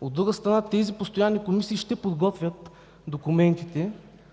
От друга страна, постоянните комисии ще подготвят документите,